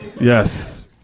Yes